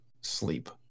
sleep